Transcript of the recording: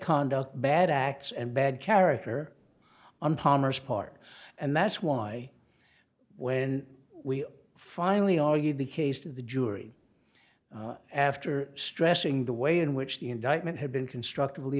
conduct bad acts and bad character on palmer's part and that's why when we finally are you the case to the jury after stressing the way in which the indictment had been constructive